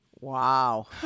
Wow